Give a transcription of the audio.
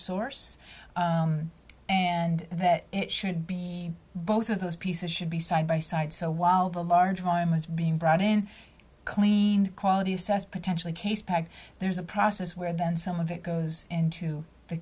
source and that it should be both of those pieces should be side by side so while the large timers being brought in cleaned qualities as potentially case packed there's a process where that's some of it goes into the